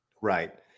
Right